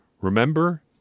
remember